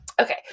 Okay